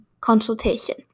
consultation